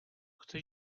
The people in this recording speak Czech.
chceš